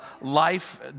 life